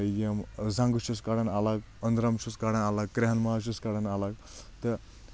یِم زَنٛگہٕ چھُس کَڑان الگ أنٛدرَم چھُس کَڑان الگ کرٛؠہن ماز چھُس کَڑان الگ تہٕ